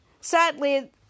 sadly